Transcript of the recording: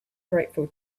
grateful